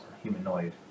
humanoid